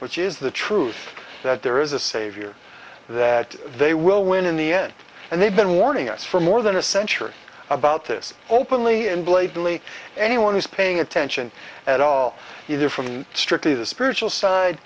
which is the truth that there is a savior that they will win in the end and they've been warning us for more than a century about this openly and blatantly anyone who's paying attention at all either from strictly the spiritual side